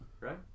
right